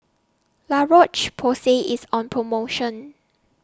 La Roche Porsay IS on promotion